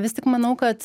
vis tik manau kad